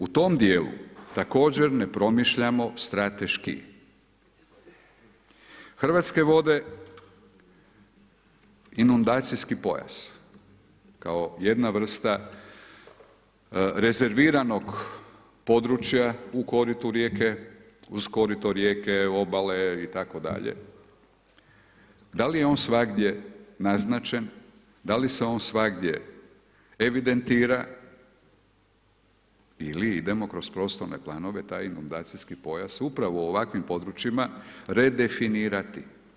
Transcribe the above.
U tome dijelu također ne promišljamo strateški, Hrvatske vode, inundacijski pojas kao jedna vrsta rezerviranog područja u koritu rijeke uz korito rijeke, obale itd. da li je on svagdje naznačen, da li se on svagdje evidentira ili idemo kroz prostorne planove taj inundacijski pojas upravo u ovakvim područjima redefinirati.